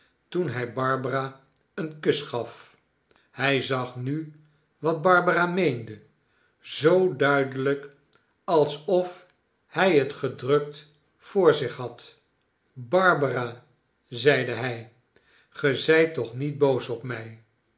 toen hij barbara een kus gaf hij zag nu wat barbara rneende zoo duidelijk alsof hij het gedrukt voor zich had barbara zeide hij ge zijt toch niet boos op mij